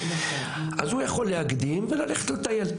אז הוא יכול להקדים וללכת לטייל,